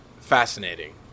fascinating